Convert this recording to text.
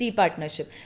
partnership